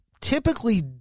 typically